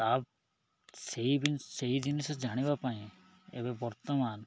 ତା ସେଇ ସେଇ ଜିନିଷ ଜାଣିବା ପାଇଁ ଏବେ ବର୍ତ୍ତମାନ